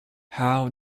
how